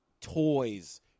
Toys